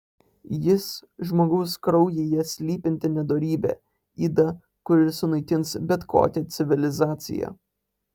jis žmogaus kraujyje slypinti nedorybė yda kuri sunaikins bet kokią civilizaciją